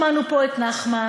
שמענו פה את נחמן,